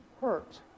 hurt